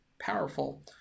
powerful